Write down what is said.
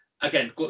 again